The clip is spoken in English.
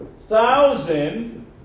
thousand